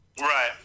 Right